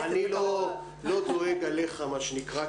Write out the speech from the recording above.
אני לא דואג עליך, מה שנקרא.